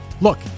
Look